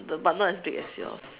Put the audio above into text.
the but not as big as yours